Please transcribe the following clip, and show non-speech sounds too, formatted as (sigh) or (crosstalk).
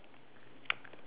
(noise)